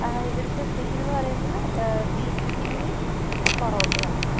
ആ ഇവിടത്ത സ്പെഷ്യലെന്ന് പറയുന്നത് ബീഫ് ചില്ലിയും പൊറോട്ടയും ആണ് സാർ